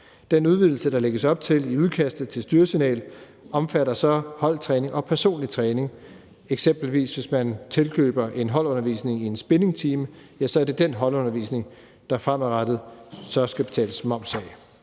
Den udvidelse, der lægges op til i udkastet til styresignal, omfatter så holdtræning og personlig træning. Hvis man eksempelvis tilkøber en holdundervisning i en spinningtime, er det den holdundervisning, der fremadrettet skal betales moms af.